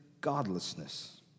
godlessness